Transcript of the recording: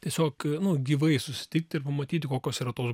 tiesiog nu gyvai susitikti ir pamatyti kokios yra tos